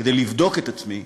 כדי לבדוק את עצמי,